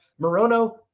Morono